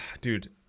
Dude